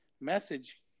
message